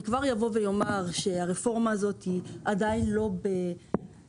אקדים ואומר שהפוטנציאל של הרפורמה הזאת עדיין לא מומש,